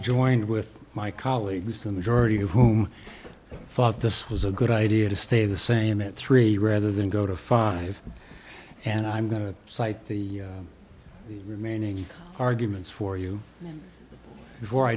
joined with my colleagues a majority of whom thought this was a good idea to stay the same it three rather than go to five and i'm going to cite the remaining arguments for you before i